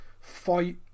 fight